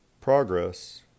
Progress